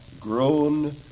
Grown